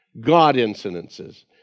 God-incidences